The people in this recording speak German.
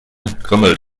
krümelt